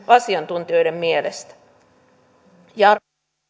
asiantuntijoiden mielestä toteaisin että